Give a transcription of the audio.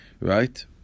Right